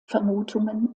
vermutungen